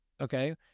okay